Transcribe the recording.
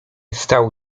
stał